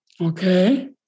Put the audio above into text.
Okay